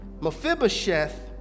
Mephibosheth